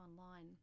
online